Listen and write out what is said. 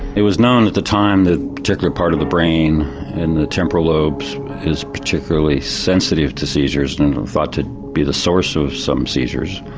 it was known at the time that particular part of the brain in the temporal lobes is really sensitive to seizures and thought to be the source of some seizures.